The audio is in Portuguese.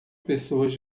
pessoas